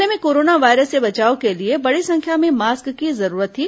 जिले में corona virus से बचाव के लिए बड़ी संख्या में मास्क की जरूरत थी